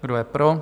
Kdo je pro?